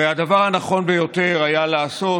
הרי הדבר הנכון ביותר לעשות